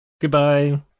Goodbye